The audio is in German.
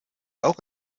auch